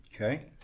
Okay